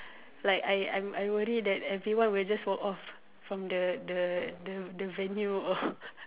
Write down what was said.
like I I'm worried that everyone would just walk off from the the the venue or